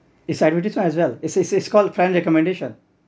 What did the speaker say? its advertisement as well it's it's called friends recommendation